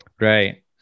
Right